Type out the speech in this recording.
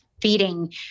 feeding